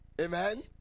Amen